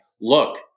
Look